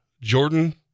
jordan